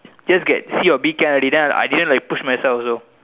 just get C or B can already then I didn't like push myself also